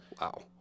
Wow